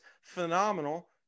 phenomenal